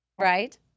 Right